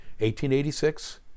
1886